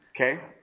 Okay